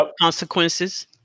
consequences